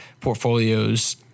portfolios